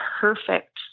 perfect